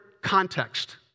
context